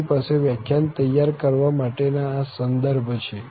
આપણી પાસે વ્યાખ્યાન તૈયાર કરવા માટેના આ સંદર્ભ છે